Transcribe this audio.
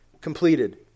completed